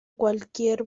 cualquier